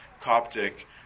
Coptic